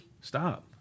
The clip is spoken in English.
Stop